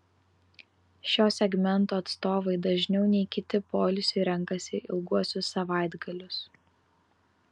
šio segmento atstovai dažniau nei kiti poilsiui renkasi ilguosius savaitgalius